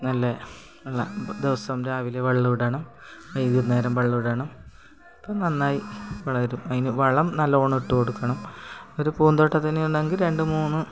നല്ല ദിവസോം രാവിലെ വെള്ളോടണം വൈകുന്നേരം വെള്ളോടണം അപ്പം നന്നായി വളരും അതിന് വളം നല്ലോണം ഇട്ട് കൊടുക്കണം ഒരു പൂന്തോട്ടത്തിന് വേണമെങ്കിൽ രണ്ട് മൂന്ന്